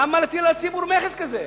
למה להטיל על הציבור מכס כזה?